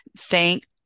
Thank